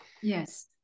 Yes